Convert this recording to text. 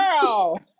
Girl